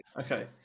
Okay